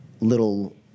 little